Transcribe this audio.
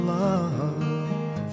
love